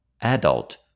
adult